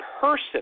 person